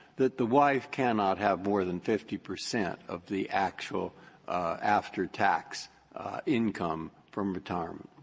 that the wife cannot have more than fifty percent of the actual after tax income from retirement.